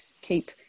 keep